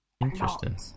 interesting